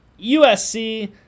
USC